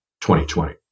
2020